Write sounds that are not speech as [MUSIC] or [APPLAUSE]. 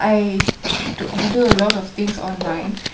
I [NOISE] I do a lot of thingks online